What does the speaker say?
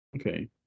Okay